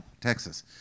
Texas